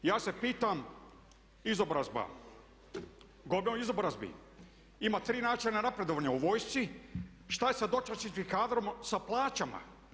Ja se pitam izobrazba, govorim o izobrazbi, ima tri načina napredovanja u vojsci, šta je sa … kadrom sa plaćama?